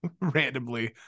randomly